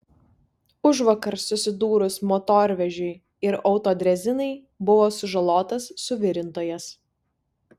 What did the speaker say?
užvakar susidūrus motorvežiui ir autodrezinai buvo sužalotas suvirintojas